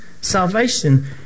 Salvation